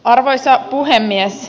arvoisa puhemies